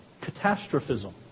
catastrophism